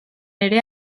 ere